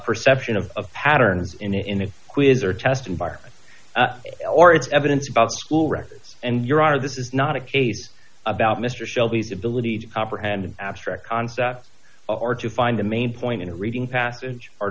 perception of a pattern in a in a quiz or test environment or it's evidence about school records and your honor this is not a case about mr shelby's ability to comprehend abstract concepts are to find the main point in a reading passage